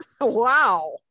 Wow